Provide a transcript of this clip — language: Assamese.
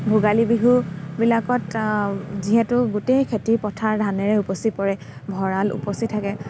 ভোগালী বিহু বিলাকত যিহেতু গোটেই খেতিপথাৰ ধানেৰে উপচি পৰে ভঁৰাল উপচি থাকে